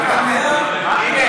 איילת,